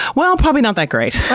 well, probably not that great.